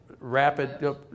rapid